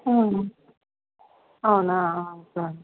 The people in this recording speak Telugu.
హు అవునా సరే